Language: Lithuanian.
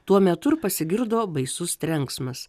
tuo metu ir pasigirdo baisus trenksmas